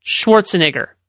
schwarzenegger